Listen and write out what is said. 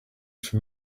from